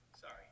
Sorry